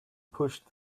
pushed